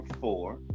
four